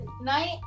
night